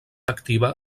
activa